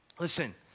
Listen